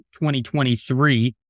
2023